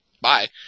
Bye